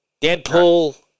Deadpool